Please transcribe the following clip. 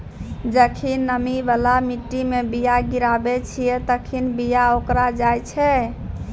जखनि नमी बाला मट्टी मे बीया गिराबै छिये तखनि बीया ओकराय जाय छै